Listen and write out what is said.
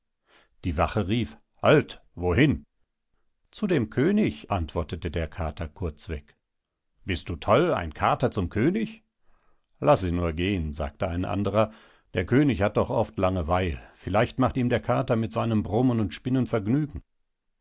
die wache rief halt wohin zu dem könig antwortete der kater kurzweg bist du toll ein kater zum könig laß ihn nur gehen sagte ein anderer der könig hat doch oft lange weil vielleicht macht ihm der kater mit seinem brummen und spinnen vergnügen